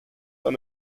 auch